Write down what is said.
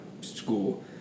school